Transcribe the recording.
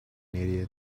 idiot